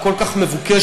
וכל כך מבוקשת,